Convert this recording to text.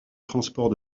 transport